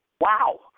Wow